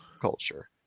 culture